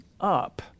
up